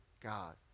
God